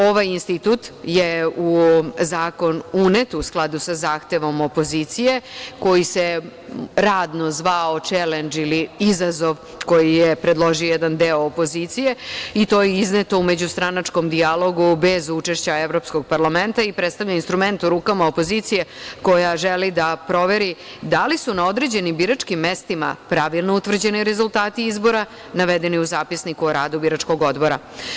Ovaj institut je u Zakon unet u skladu sa zahtevom opozicije, koji se radno zvao „čelendž“ ili „izazov“ koji je predložio jedan deo opozicije i to je izneto u međustranačkom dijalogu bez učešća Evropskog parlamenta i predstavlja instrument u rukama opozicije koja želi da proveri da li su na određenim biračkim mestima pravilno utvrđeni rezultati izbora, navedeni u zapisniku o radu biračkog odbora.